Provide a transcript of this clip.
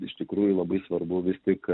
iš tikrųjų labai svarbu vis tik